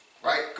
Right